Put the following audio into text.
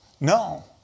No